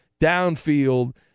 downfield